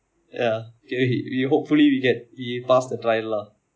ya we hopefully we get we pass the trial lah